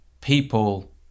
people